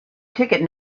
ticket